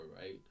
right